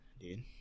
dude